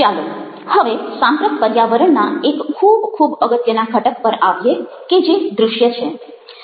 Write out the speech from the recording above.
ચાલો હવે સાંપ્રત પર્યાવરણના એક ખૂબ ખૂબ અગત્યના ઘટક પર આવીએ કે જે દ્રુશ્ય છે